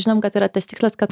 žinom kad yra tas tikslas kad